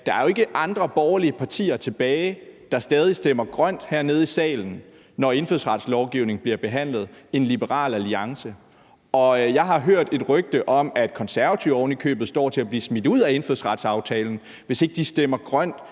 at der jo ikke er andre borgerlige partier tilbage, der stadig stemmer grønt hernede i salen, når indfødsretslovgivning bliver behandlet, end Liberal Alliance. Og jeg har hørt et rygte om, at Konservative ovenikøbet står til at blive smidt ud af indfødsretsaftalen, hvis ikke de stemmer grønt,